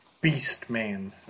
Beast-man